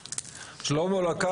קרעי לקה